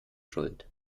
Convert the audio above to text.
schuld